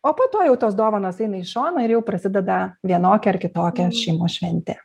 o po to jau tos dovanos eina į šoną ir jau prasideda vienokia ar kitokia šeimos šventė